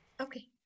Okay